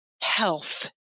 health